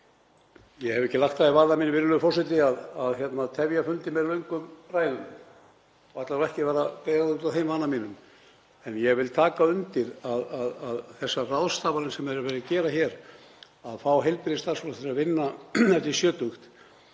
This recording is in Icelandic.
Ég hef ekki lagt það í vana minn, virðulegur forseti, að tefja fundi með löngum ræðum og ætla ekki að bregða út af þeim vana mínum. En ég vil taka undir að þessar ráðstafanir sem er verið að gera hér, að fá heilbrigðisstarfsfólk til að vinna eftir sjötugt,